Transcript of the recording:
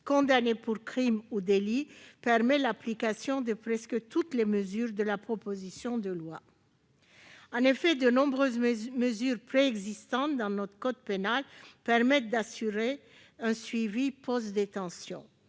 condamnées pour crime ou délit permet l'application de presque toutes les mesures de la proposition de loi ». En effet, de nombreuses mesures de notre code pénal permettent d'ores et déjà d'assurer un suivi post-détention.